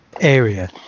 area